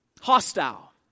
Hostile